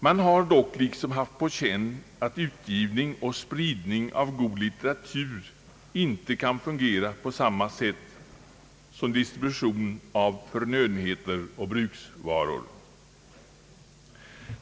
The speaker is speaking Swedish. Man har dock liksom haft på känn att utgivning och spridning av god litteratur inte kan fungera på samma sätt som distribution av förnödenheter och bruksvaror.